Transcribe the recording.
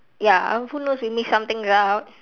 ya uh who knows we missed some things out